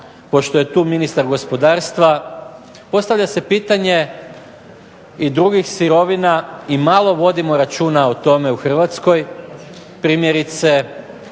Pošto je tu ministar gospodarstva postavlja se pitanje i drugih sirovina i malo vodimo računa o tome u Hrvatskoj, primjerice